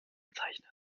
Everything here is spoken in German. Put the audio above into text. bezeichnen